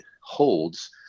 holds